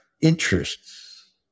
interests